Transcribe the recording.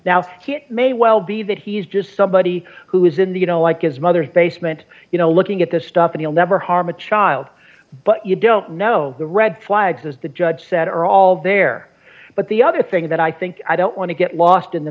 he may well be that he's just somebody who is in the you know like his mother's basement you know looking at the stuff and he'll never harm a child but you don't know the red flags as the judge said or all there but the other thing that i think i don't want to get lost in the